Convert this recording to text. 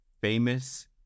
famous